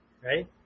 right